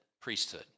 priesthood